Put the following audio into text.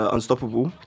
Unstoppable